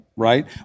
right